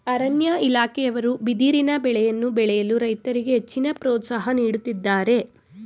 ಅರಣ್ಯ ಇಲಾಖೆಯವರು ಬಿದಿರಿನ ಬೆಳೆಯನ್ನು ಬೆಳೆಯಲು ರೈತರಿಗೆ ಹೆಚ್ಚಿನ ಪ್ರೋತ್ಸಾಹ ನೀಡುತ್ತಿದ್ದಾರೆ